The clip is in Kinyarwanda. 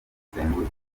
bidasembuye